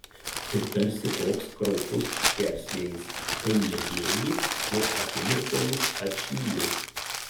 tai tarsi koks kraupus skersvėjis kai ledėji ir akimirkomis atšyli